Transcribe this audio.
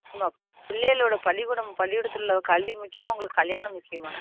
அம்மா பிள்ளைகளோடய பள்ளிக்கூடம் பள்ளிக்கூடத்திலுள்ள கல்வி முக்கியமா உங்களுக்கு கல்யாணம் முக்கியமா